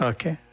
Okay